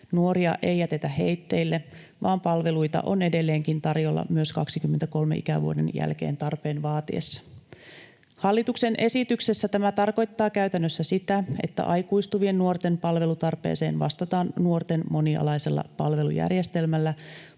Nuoria ei jätetä heitteille, vaan palveluita on edelleenkin tarjolla myös 23 ikävuoden jälkeen tarpeen vaatiessa. Hallituksen esityksessä tämä tarkoittaa käytännössä sitä, että aikuistuvien nuorten palvelutarpeeseen vastataan nuorten monialaisella palvelujärjestelmällä,